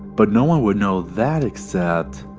but no one would know that expect.